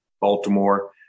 Baltimore